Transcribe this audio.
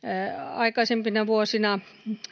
aikaisempina vuosina